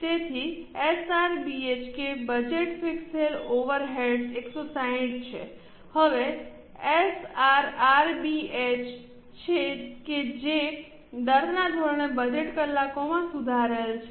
તેથી એસઆરબીએચ કે બજેટ થયેલ ફિક્સ્ડ ઓવરહેડ્સ 160 છે હવે એસઆરઆરબીએચ છે કે જે દરના ધોરણે બજેટ કલાકોમાં સુધારેલ છે